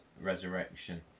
resurrection